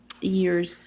years